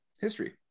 history